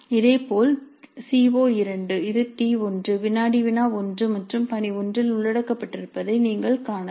இதேபோல் சி ஓ2 இது T1 வினாடி வினா 1 மற்றும் பணி 1 இல் உள்ளடக்கப்பட்டிருப்பதை நீங்கள் காணலாம்